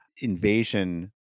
invasion